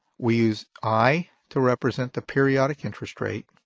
we use i to represent the periodic interest rate,